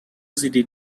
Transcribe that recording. city